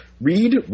Read